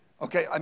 Okay